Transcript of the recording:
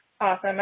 awesome